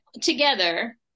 together